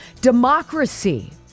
democracy